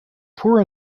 poor